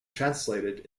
translated